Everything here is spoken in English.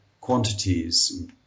quantities